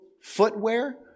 footwear